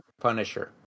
punisher